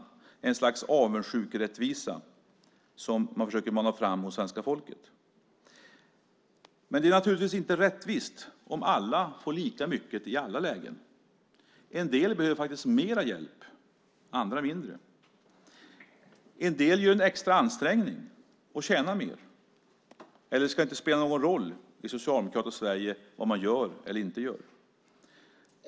Det är ett slags avundsjukerättvisa som man försöker mana fram hos svenska folket. Men det är naturligtvis inte rättvist om alla får lika mycket i alla lägen. En del behöver mer hjälp, andra mindre. En del gör en extra ansträngning och tjänar mer. Eller ska det inte spela någon roll i Socialdemokraternas Sverige vad man gör eller inte gör?